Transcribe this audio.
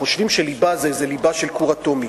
חושבים שהליבה היא ליבה של כור אטומי.